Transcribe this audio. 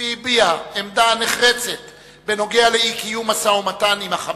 והביעה עמדה נחרצת נגד קיום משא-ומתן עם "חמאס".